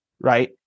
right